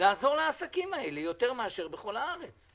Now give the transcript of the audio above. לעזור לעסקים האלה יותר מאשר בכל הארץ,